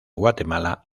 guatemala